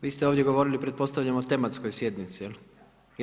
Vi ste ovdje govorili pretpostavljam o tematskoj sjednici, jel'